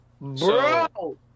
Bro